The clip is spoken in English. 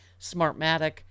smartmatic